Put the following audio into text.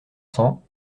cents